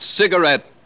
cigarette